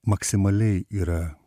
maksimaliai yra